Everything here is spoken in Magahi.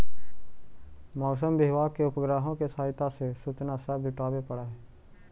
मौसम विभाग के उपग्रहों के सहायता से सूचना सब जुटाबे पड़ हई